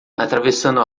atravessando